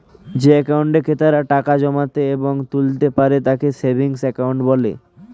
যে অ্যাকাউন্টে ক্রেতারা টাকা জমাতে এবং তুলতে পারে তাকে সেভিংস অ্যাকাউন্ট বলে